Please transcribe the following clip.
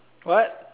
what